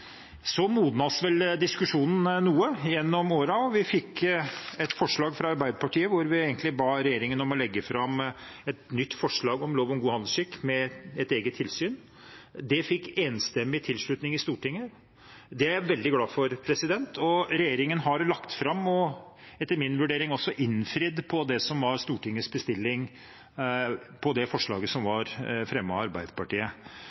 Så modnet vel diskusjonen noe gjennom årene, og det kom et forslag fra Arbeiderpartiet der vi ba regjeringen legge fram et nytt forslag til lov om god handelsskikk og med et eget tilsyn. Det fikk enstemmig tilslutning i Stortinget, og det er jeg veldig glad for. Regjeringen har lagt fram et forslag og etter min vurdering også innfridd på det som var Stortingets bestilling i forslaget som var fremmet av Arbeiderpartiet.